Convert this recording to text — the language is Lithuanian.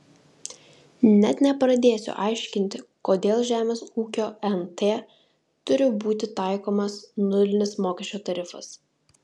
net nepradėsiu aiškinti kodėl žemės ūkio nt turi būti taikomas nulinis mokesčio tarifas